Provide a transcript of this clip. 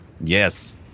Yes